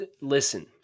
listen